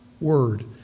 word